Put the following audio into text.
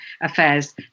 affairs